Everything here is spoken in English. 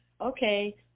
okay